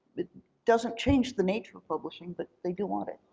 doesn't change the nature of publishing, but they do want it.